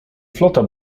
flota